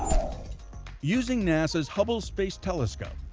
using nasa's hubble space telescope,